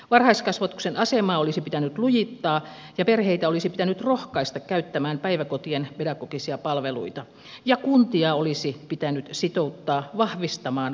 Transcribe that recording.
varhaiskasvatuksen asemaa olisi pitänyt lujittaa perheitä olisi pitänyt rohkaista käyttämään päiväkotien pedagogisia palveluita ja kuntia olisi pitänyt sitouttaa vahvistamaan varhaiskasvatuksen laatua